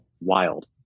Wild